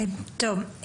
טוב.